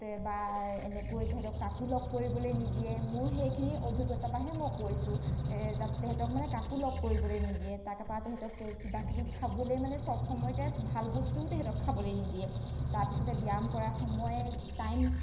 বা এনেকৈ তেহেঁতক কাকো লগ কৰিবলৈ নিদিয়ে মোৰ সেইখিনি অভিজ্ঞতাৰ পৰাহে মই কৈছোঁ যাত তেহেঁতক মানে কাকো লগ কৰিবলৈ নিদিয়ে তাৰপৰা তেহেঁতক কিবাকিবি খাবলৈ মানে চব সময়তে ভাল বস্তুও তেহেঁতক খাবলৈ নিদিয়ে তাৰপিছতে ব্যায়াম কৰা সময় টাইম